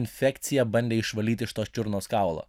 infekcija bandė išvalyt iš tos čiurnos kaulą